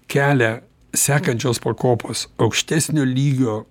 kelią sekančios pakopos aukštesnio lygio